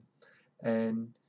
and